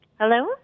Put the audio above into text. Hello